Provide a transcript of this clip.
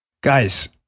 Guys